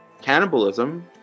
Cannibalism